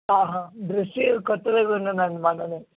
brush కొత్తది కొన్నాను అండి మొన్న